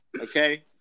Okay